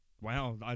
Wow